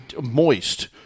moist